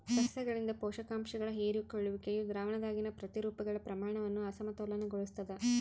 ಸಸ್ಯಗಳಿಂದ ಪೋಷಕಾಂಶಗಳ ಹೀರಿಕೊಳ್ಳುವಿಕೆಯು ದ್ರಾವಣದಾಗಿನ ಪ್ರತಿರೂಪಗಳ ಪ್ರಮಾಣವನ್ನು ಅಸಮತೋಲನಗೊಳಿಸ್ತದ